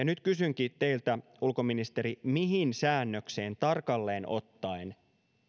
nyt kysynkin teiltä ulkoministeri mihin säännökseen tarkalleen ottaen